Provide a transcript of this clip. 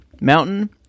Mountain